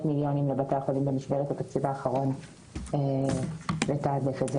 מיליונים לבתי החולים במסגרת התקציב האחרון לתעדף את זה,